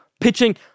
Pitching